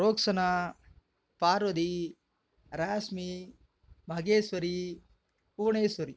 Roxana Parvathi Reshmi Maheswari Bhuvaneswari